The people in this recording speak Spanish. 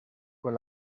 con